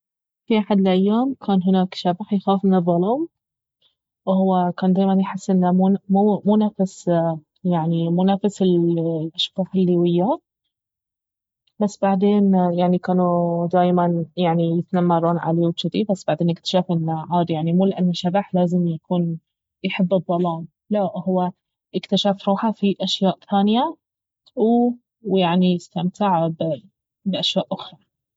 في احد الأيام كان هناك شبح يخاف من الظلام اهو كان دايما يحس انه مو مو نفس يعني مو نفس الاشباح الي وياه بس بعدين يعني كانوا دايما يعني يتنمرون عليه وجذي بس بعدين اكتشف انه عادي يعني مو لانه شبح لازم يكون يحب الظلام لا اهو اكتشف روحه ف ياشياء ثانية و- واستمتع باشياء اخرى